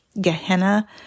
Gehenna